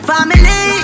Family